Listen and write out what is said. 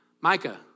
Micah